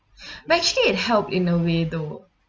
but actually it helped in a way though